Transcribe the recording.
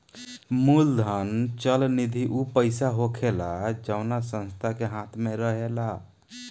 मूलधन चल निधि ऊ पईसा होखेला जवना संस्था के हाथ मे रहेला